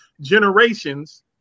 generations